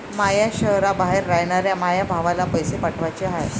माया शैहराबाहेर रायनाऱ्या माया भावाला पैसे पाठवाचे हाय